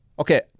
Okay